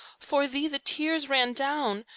for thee the tears ran down,